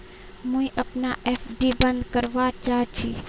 मुई अपना एफ.डी बंद करवा चहची